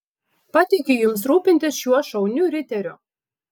patikiu jums rūpintis šiuo šauniu riteriu